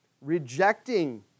rejecting